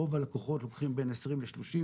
רוב הלקוחות לוקחים בין 20 ל-30,